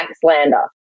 slander